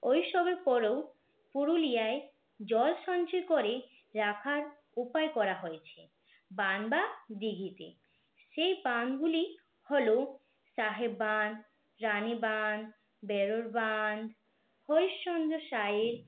ওইসবের পরেও পুরুলিয়ায় জল সঞ্চয় করে রাখার উপাই করা হয়েছে বাঁধ বা দীঘিতে সেই বাঁধগুলি হল সাহেব বাঁধ রানি বাঁধ বাঁধ